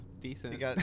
decent